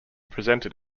presented